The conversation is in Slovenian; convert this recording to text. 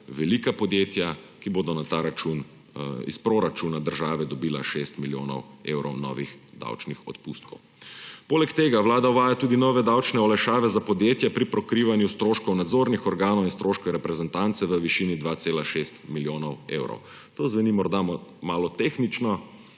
velika podjetja, ki bodo na ta račun iz proračuna države dobila 6 milijonov evrov novih davčnih odpustkov. Poleg tega Vlada uvaja tudi nove davčne olajšave za podjetja pri pokrivanju stroškov nadzornih organov in stroškov reprezentance v višini 2,6 milijona evrov. To zveni morda malo tehnično,